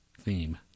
Theme